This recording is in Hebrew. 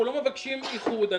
אנחנו לא מבקשים איחוד,